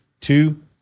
Two